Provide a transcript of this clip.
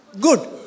good